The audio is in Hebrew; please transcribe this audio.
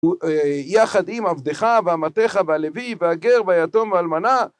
יחד עם עבדך ועמתך והלוי והגר והיתום והלמנה